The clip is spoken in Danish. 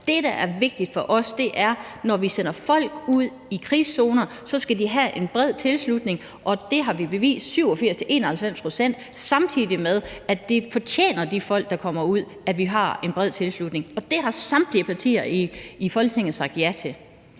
Det, der er vigtigt for os, er, at når vi sender folk ud til krigszoner, skal det være med en bred tilslutning, og det har vi bevist med de 87-91 pct. Og vi mener, at de folk, der bliver sendt ud, fortjener, at der er en bred tilslutning. Og det har samtlige partier i Folketinget sagt ja til.